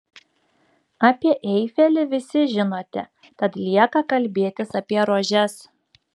apie eifelį visi žinote tad lieka kalbėtis apie rožes